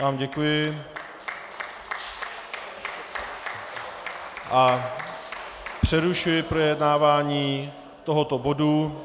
Já vám děkuji a přerušuji projednávání tohoto bodu.